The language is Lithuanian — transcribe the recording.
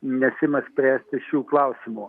nesiima spręsti šių klausimų